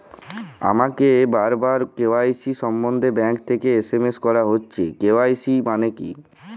আমাকে বারবার কে.ওয়াই.সি সম্বন্ধে ব্যাংক থেকে এস.এম.এস করা হচ্ছে এই কে.ওয়াই.সি মানে কী?